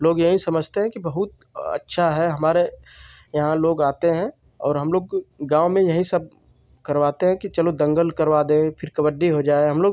लोग यही समझते हैं कि बहुत अच्छा है हमारे यहाँ लोग आते हैं और हमलोग गाँव में यही सब करवाते हैं कि चलो दंगल करवा दें फिर कबड्डी हो जाए हमलोग